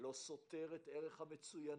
לא סותר את ערך המצוינות